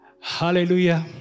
Hallelujah